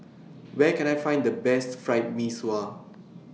Where Can I Find The Best Fried Mee Sua